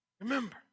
Remember